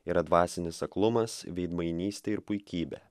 yra dvasinis aklumas veidmainystė ir puikybė